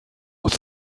aus